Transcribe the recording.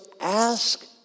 ask